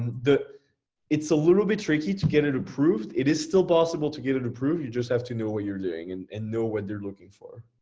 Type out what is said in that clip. it's a little bit tricky to get it approved. it is still possible to get it approved. you just have to know what you're doing and and know what they're looking for.